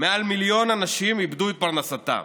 מעל מיליון אנשים איבדו את פרנסתם.